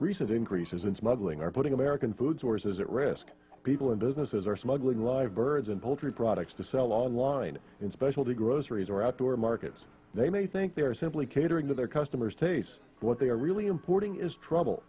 recently increases in smuggling are putting american food sources at risk people and businesses are smuggling live birds and poultry products to sell online in specialty groceries or outdoor markets they may think they are simply catering to their customers tastes what they are really importing is trouble